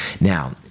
Now